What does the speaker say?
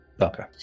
Okay